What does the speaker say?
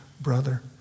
brother